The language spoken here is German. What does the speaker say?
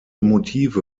motive